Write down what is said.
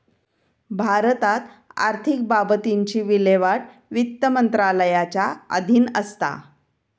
भारतात आर्थिक बाबतींची विल्हेवाट वित्त मंत्रालयाच्या अधीन असता